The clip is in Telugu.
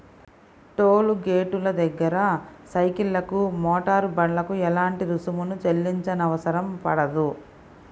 టోలు గేటుల దగ్గర సైకిళ్లకు, మోటారు బండ్లకు ఎలాంటి రుసుమును చెల్లించనవసరం పడదు